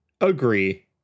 Agree